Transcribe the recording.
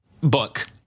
book